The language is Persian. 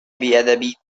بیادبی